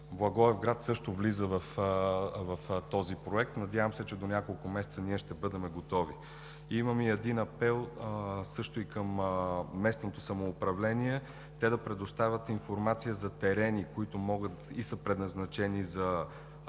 Благоевград също влиза в този проект. Надявам се, че до няколко месеца ще бъдем готови. Имам също и един апел към местното самоуправление – да предоставят информация за терени, които са предназначени за